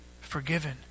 forgiven